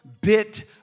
bit